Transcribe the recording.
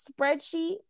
spreadsheet